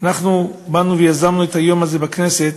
באנו ויזמנו את היום הזה בכנסת,